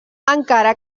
encara